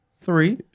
Three